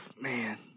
man